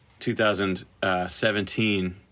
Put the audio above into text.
2017